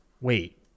Wait